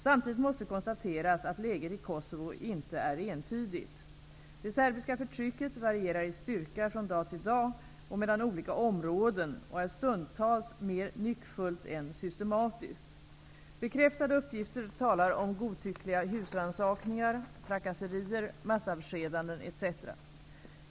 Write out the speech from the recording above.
Samtidigt måste konstateras att läget i Kosovo inte är entydigt. Det serbiska förtrycket varierar i styrka från dag till dag och mellan olika områden och är stundtals mer nyckfullt än systematiskt. Bekräftade uppgifter talar om godtyckliga husrannsakningar, trakasserier, massavskedanden etc.